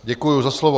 Děkuji za slovo.